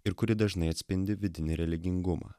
ir kuri dažnai atspindi vidinį religingumą